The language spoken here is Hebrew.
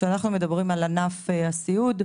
כשאנחנו מדברים על ענף הסיעוד,